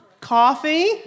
Coffee